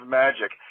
magic